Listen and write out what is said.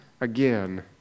again